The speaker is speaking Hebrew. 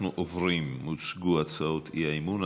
הוצגו הצעות האי-אמון,